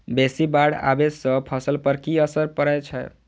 बेसी बाढ़ आबै सँ फसल पर की असर परै छै?